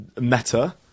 Meta